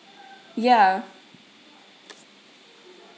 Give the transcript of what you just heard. ya